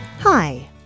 Hi